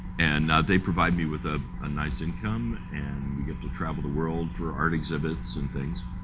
and they provide me with a ah nice income and you get to travel the world for art exhibits and things.